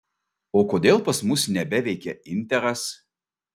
o kodėl pas mus nebeveikia interas